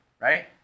right